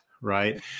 right